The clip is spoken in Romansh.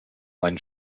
vain